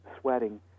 sweating